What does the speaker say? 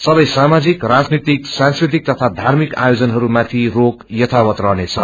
सबैसामााजिक राजनीतिक सांस्कृतिकतथा सार्मिकआयोजनहरूमाथिरोक यथावतरहनेछ